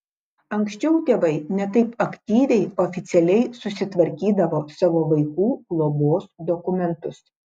anksčiau tėvai ne taip aktyviai oficialiai susitvarkydavo savo vaikų globos dokumentus